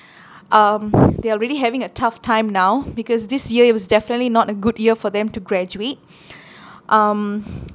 um they are really having a tough time now because this year it was definitely not a good year for them to graduate um